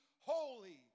holy